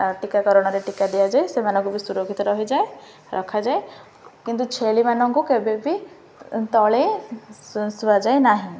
ଟୀକାକରଣରେ ଟୀକା ଦିଆଯାଏ ସେମାନଙ୍କୁ ବି ସୁରକ୍ଷିତ ରହିଯାଏ ରଖାଯାଏ କିନ୍ତୁ ଛେଳିମାନଙ୍କୁ କେବେ ବିି ତଳେ ଶୁଆଯାଏ ନାହିଁ